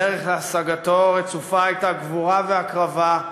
הדרך להשגתו רצופה הייתה גבורה והקרבה,